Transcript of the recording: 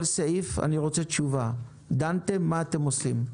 סעיף אני רוצה תשובה אם דנתם ומה אתם עושים.